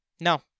No